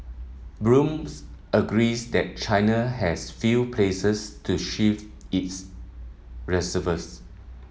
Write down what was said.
blooms agrees that China has few places to shift its reserves